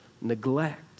neglect